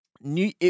New